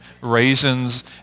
raisins